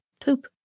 poop